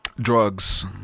Drugs